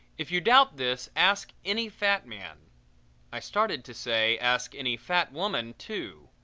if you doubt this ask any fat man i started to say ask any fat woman, too.